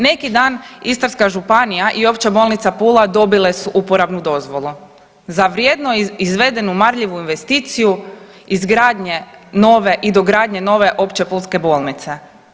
Neki dan Istarska županija i Opća bolnica Pula dobile su uporabnu dozvolu za vrijedno izvedenu marljivu investiciju izgradnje nove i dogradnje nove opće pulske bolnice.